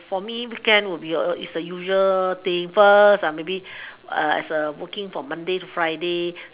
for me weekend will be a is a usual thing first are maybe as a working from monday to friday